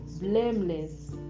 blameless